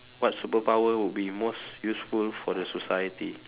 what superpower would be most useful for the society